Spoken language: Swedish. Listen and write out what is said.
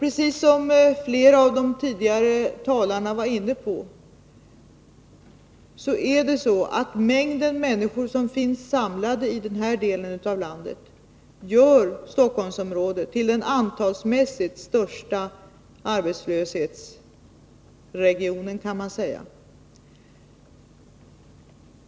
Precis som flera av de tidigare talarna antydde kan man säga att den mängd människor som finns samlad i den här delen av landet gör Stockholmsområdet till den antalsmässigt största arbetslöshetsregionen.